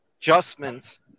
adjustments